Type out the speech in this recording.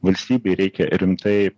valstybei reikia rimtai